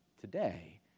Today